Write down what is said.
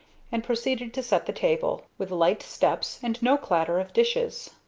and proceeded to set the table, with light steps and no clatter of dishes.